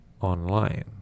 online